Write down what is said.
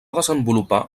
desenvolupar